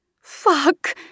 Fuck